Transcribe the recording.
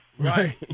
Right